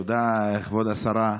תודה, כבוד השרה.